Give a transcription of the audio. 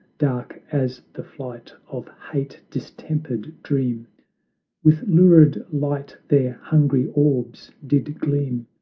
dark as the flight of hate-distempered dream with lurid light their hungry orbs did gleam,